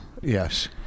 Yes